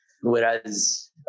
Whereas